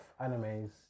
animes